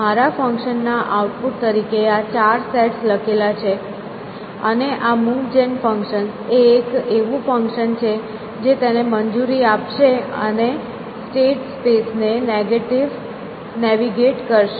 મારા ફંકશન ના આઉટપુટ તરીકે આ ચાર સેટ્સ લખેલા છે અને આ મૂવ જેન ફંક્શન એ એક એવું ફંક્શન છે જે તેને મંજૂરી આપશે અને સ્ટેટ સ્પેસ ને નેવિગેટ કરશે